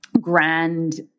grand